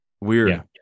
Weird